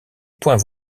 point